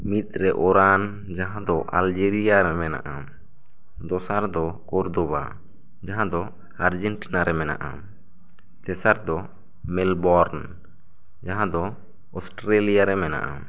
ᱢᱤᱫ ᱨᱮ ᱚᱨᱟᱱ ᱡᱟᱦᱟᱸ ᱫᱚ ᱟᱞᱡᱮᱨᱤᱭᱟ ᱨᱮ ᱢᱟᱜᱼᱟ ᱫᱚᱥᱟᱨ ᱫᱚ ᱠᱚᱨᱫᱚᱵᱟ ᱡᱟᱦᱟᱸ ᱫᱚ ᱟᱨᱡᱮᱱᱴᱤᱱᱟ ᱨᱮ ᱢᱮᱱᱟᱜᱼᱟ ᱛᱮᱥᱟᱨ ᱫᱚ ᱢᱮᱞᱵᱚᱱᱰ ᱡᱟᱦᱟᱸ ᱫᱚ ᱚᱥᱴᱨᱮᱞᱤᱭᱟ ᱨᱮ ᱢᱮᱱᱟᱜᱼᱟ